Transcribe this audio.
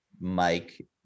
Mike